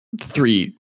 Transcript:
three